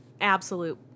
absolute